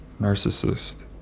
narcissist